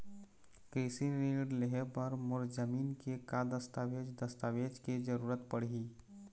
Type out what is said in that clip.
कृषि ऋण लेहे बर मोर जमीन के का दस्तावेज दस्तावेज के जरूरत पड़ही?